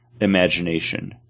imagination